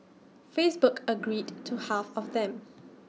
Facebook agreed to half of them